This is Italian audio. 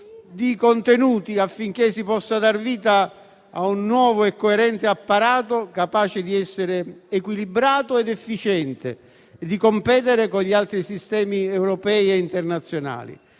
di categoria, affinché si possa dar vita a un nuovo e coerente apparato, capace di essere equilibrato ed efficiente e di competere con gli altri sistemi europei e internazionali.